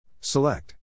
Select